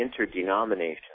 interdenominational